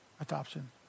Adoption